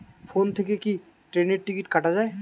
Phone থেকে কি ট্রেনের টিকিট কাটা য়ায়?